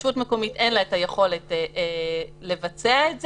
ושלרשות מקומית אין את היכולת לבצע את זה,